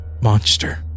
Monster